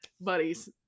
buddies